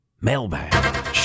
Mailbag